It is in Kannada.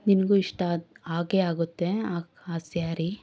ನಿನಗೂ ಇಷ್ಟ ಆಗಿ ಆಗಿಯೇ ಆಗುತ್ತೆ ಆ ಆ ಸ್ಯಾರಿ